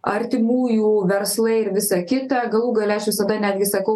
artimųjų verslai ir visa kita galų gale aš visada netgi sakau